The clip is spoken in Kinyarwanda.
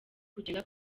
kugenda